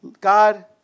God